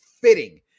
fitting